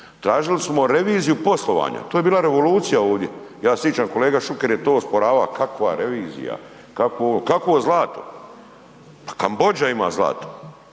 tražili smo reviziju poslovanja. To je bila revizija ovdje. Ja se sićam kolega Šuker je to osporava, kakva revizija, kakvo ovo, kakvo zlato.